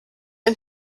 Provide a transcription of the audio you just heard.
ein